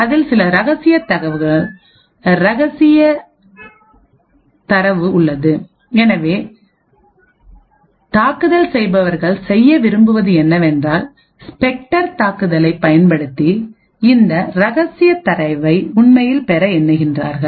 அதில் சில ரகசிய தரவு உள்ளது எனவே என்ன தாக்குதல் செய்பவர்கள் செய்ய விரும்புவது என்னவென்றால் ஸ்பெக்டர் தாக்குதலைப் பயன்படுத்தி இந்த ரகசிய தரவை உண்மையில் பெற எண்ணுகின்றார்கள்